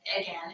again